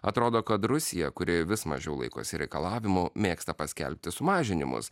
atrodo kad rusija kuri vis mažiau laikosi reikalavimų mėgsta paskelbti sumažinimus